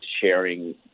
sharing